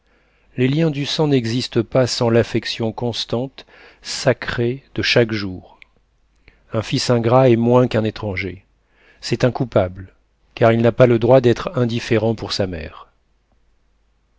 les liens du sang n'existent pas sans l'affection constante sacrée de chaque jour un fils ingrat est moins qu'un étranger c'est un coupable car il n'a pas le droit d'être indifférent pour sa mère